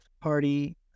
Party